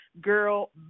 girl